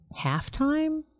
halftime